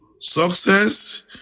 success